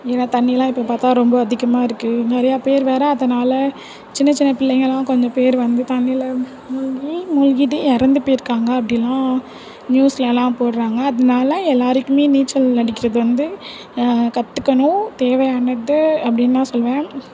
ஏன்னா தண்ணிலாம் இப்போ பார்த்தா ரொம்ப அதிகமாக இருக்குது நிறையா பேர் வேற அதனால சின்ன சின்ன பிள்ளைங்கெள்லாம் கொஞ்சம் பேரு வந்து தண்ணியில் வந்து மூழ்கி மூழ்கிட்டு இறந்து போயிருக்காங்க அப்படிலாம் நியூஸ்லலாம் போடுறாங்க அதனால எல்லாருக்கும் நீச்சல் அடிக்கிறது வந்து கத்துக்கணும் தேவையானது அப்டினு தான் சொல்வேன்